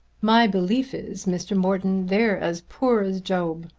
my belief is, mr. morton, they're as poor as job.